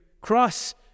cross